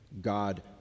God